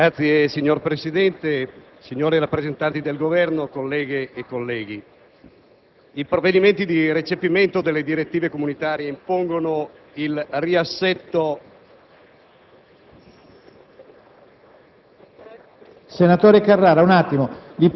*(FI)*. Signor Presidente, signori rappresentanti del Governo, colleghe e colleghi, i provvedimenti di recepimento delle direttive comunitarie impongono il riassetto*...